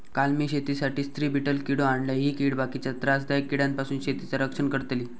काल मी शेतीसाठी स्त्री बीटल किडो आणलय, ही कीड बाकीच्या त्रासदायक किड्यांपासून शेतीचा रक्षण करतली